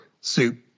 soup